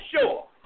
sure